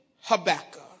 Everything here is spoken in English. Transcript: Habakkuk